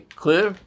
clear